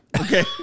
Okay